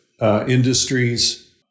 industries